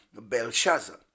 Belshazzar